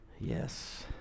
Yes